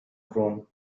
grown